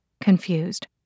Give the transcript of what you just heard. confused